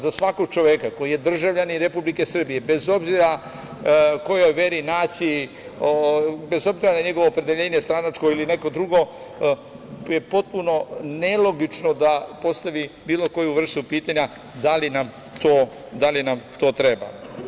Za svakog čoveka koji je državljanin Republike Srbije, bez obzira kojoj veri, naciji pripada, bez obzira na njegovo opredeljenje stranačko ili neko drugo, potpuno je nelogično da postavi bilo koju vrstu pitanja da li nam to treba.